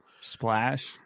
Splash